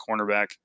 cornerback